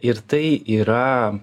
ir tai yra